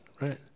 right